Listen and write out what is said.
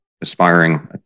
aspiring